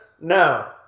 No